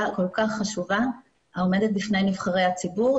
הכול כך חשובה העומדת בפני נבחרי הציבור,